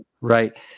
Right